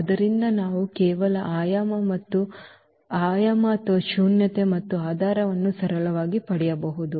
ಆದ್ದರಿಂದ ನಾವು ಕೇವಲ ಆಯಾಮ ಅಥವಾ ಶೂನ್ಯತೆ ಮತ್ತು ಆಧಾರವನ್ನು ಸರಳವಾಗಿ ಪಡೆಯಬಹುದು